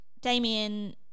Damien